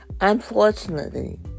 Unfortunately